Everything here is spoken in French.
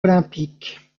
olympique